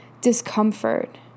discomfort